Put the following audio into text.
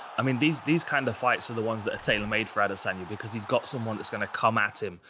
i mean, these these kind of fights are the ones that are tailor-made for adesanya because he's got someone that's gonna come at him,